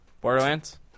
Borderlands